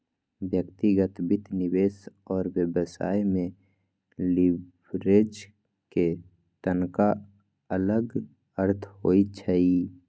व्यक्तिगत वित्त, निवेश और व्यवसाय में लिवरेज के तनका अलग अर्थ होइ छइ